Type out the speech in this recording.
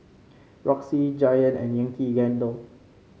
Roxy Giant and Yankee Candle